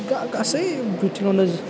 गासै बिथिङावनो